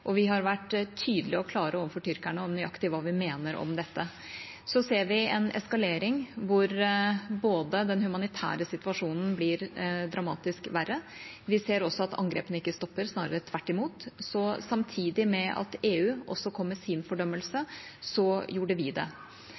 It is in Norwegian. og vi har vært tydelige og klare overfor tyrkerne på nøyaktig hva vi mener om dette. Så ser vi en eskalering, der den humanitære situasjonen blir dramatisk verre. Vi ser også at angrepene ikke stopper, snarere tvert imot. Samtidig med at EU kom med sin fordømmelse, gjorde vi det.